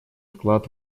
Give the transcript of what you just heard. вклад